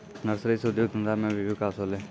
nursery से उद्योग धंधा मे भी बिकास होलै